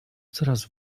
coraz